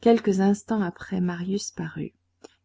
quelques instants après marius parut